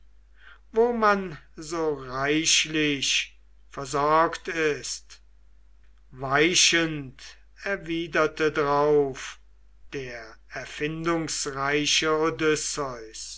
wo man so reichlich versorgt ist weichend erwiderte drauf der erfindungsreiche